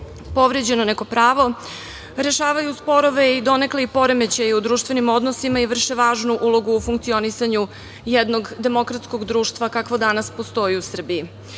povređeno neko pravo, rešavaju sporove i donekle poremećaj i u društvenim odnosima i vrše važnu ulogu u funkcionisanju jednog demokratskog društva kakvo danas postoji u Srbiji. Mi